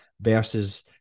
versus